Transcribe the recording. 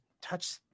touch